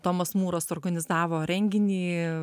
tomas mūras suorganizavo renginį